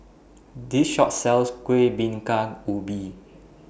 This Shop sells Kueh Bingka Ubi